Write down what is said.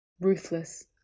Ruthless